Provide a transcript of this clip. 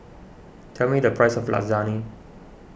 tell me the price of Lasagne